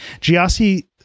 giassi